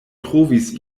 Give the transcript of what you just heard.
trovis